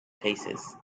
places